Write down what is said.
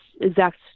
exact